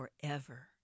forever